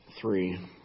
three